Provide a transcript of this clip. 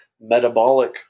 metabolic